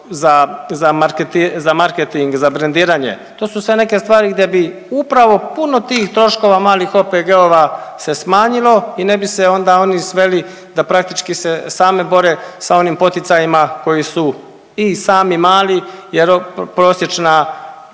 za marketing, za brentiranje, to su sve neke stvari gdje bi upravo puno tih troškova malih OPG-ova se smanjilo i ne bi se onda oni sveli da praktički se sami bore sa onim poticajima koji su i sami mali jer prosječna